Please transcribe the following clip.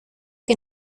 que